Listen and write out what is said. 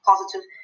positive